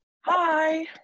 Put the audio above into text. Hi